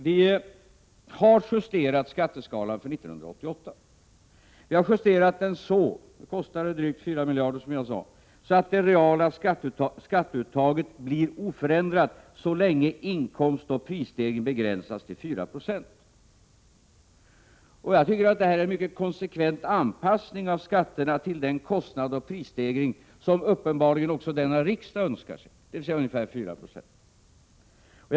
Vi har justerat skatteskalan för 1988 så — det kostade drygt 4 miljarder, som jag sade — att det reala skatteuttaget blir oförändrat så länge inkomstoch prisstegringen begränsas till 4 96. Jag tycker att det är en mycket konsekvent anpassning av skatterna till den kostnadsoch prisstegring som uppenbarligen också denna riksdag önskar sig, dvs. ungefär 4 90.